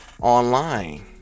online